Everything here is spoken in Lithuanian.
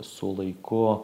su laiku